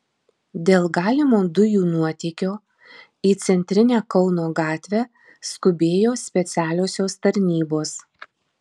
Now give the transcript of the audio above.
dėl galimo dujų nuotėkio į centrinę kauno gatvę skubėjo specialiosios tarnybos